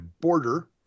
border